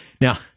Now